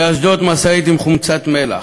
באשדוד, משאית עם חומצת מלח,